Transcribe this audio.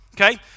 Okay